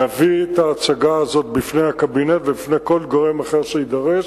נביא את ההצגה הזאת בפני הקבינט ובפני כל גורם אחר שיידרש.